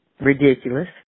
ridiculous